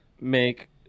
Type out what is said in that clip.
make